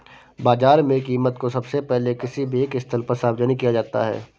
बाजार में कीमत को सबसे पहले किसी भी एक स्थल पर सार्वजनिक किया जाता है